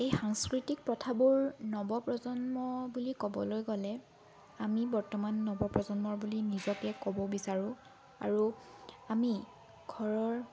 এই সাংস্কৃতিক প্ৰথাবোৰ নৱ প্ৰজন্ম বুলি ক'বলৈ গ'লে আমি বৰ্তমান নৱপ্ৰজন্মৰ বুলি নিজকে ক'ব বিচাৰোঁ আৰু আমি ঘৰৰ